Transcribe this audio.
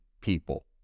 people